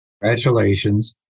congratulations